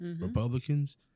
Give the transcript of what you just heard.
Republicans